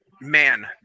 man